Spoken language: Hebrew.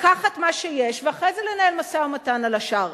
לקחת מה שיש ואחרי זה לנהל משא-ומתן על השאר?